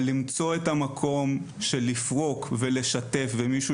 אבל למצוא את המקום של לפרוק ולשתף ומישהו